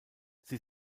sie